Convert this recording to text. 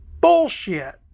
Bullshit